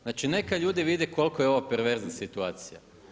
Znači, neka ljudi vide koliko je ovo perverzna situacija.